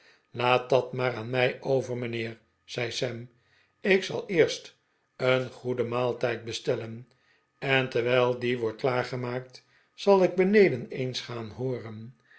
laat dat maar aan mij over mijnheer zei sam ik zal eerst een goeden maaltijd bestellen en terwijl die wordt klaargemaakt zal ik beneden eens gaan hooren